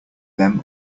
them